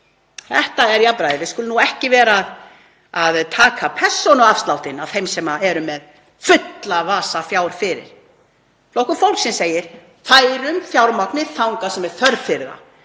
Þetta er jafnræðið. Við skulum ekki vera að taka persónuafsláttinn af þeim sem eru með fulla vasa fjár. Flokkur fólksins segir: Færum fjármagnið þangað sem er þörf fyrir það,